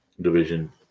division